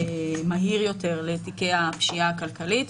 ומהיר יותר לתיקי הפשיעה הכלכלית.